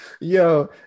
yo